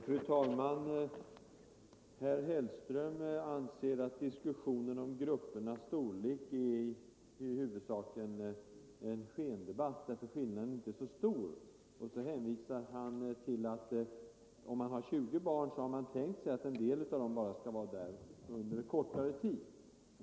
Fru talman! Herr Hellström anser att diskussionen om gruppernas storlek huvudsakligen är en skendebatt, eftersom skillnaden mellan alternativen inte är så stor. Han hänvisar till att man utgått från att i grupper med 20 barn skall en del endast vara där under kortare tid.